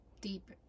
deep